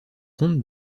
comte